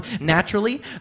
naturally